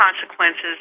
consequences